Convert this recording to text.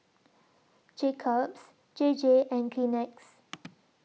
Jacob's J J and Kleenex